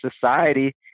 society